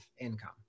income